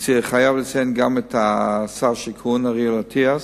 אני חייב לציין גם את שר השיכון, אריאל אטיאס,